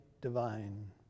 divine